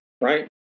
right